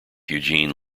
eugene